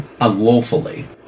unlawfully